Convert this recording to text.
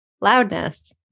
loudness